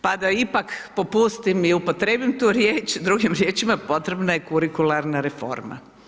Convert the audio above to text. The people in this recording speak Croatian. Pa da ipak popustim i upotrijebim tu riječ, drugim riječima potrebna je kurikularna reforma.